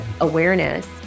awareness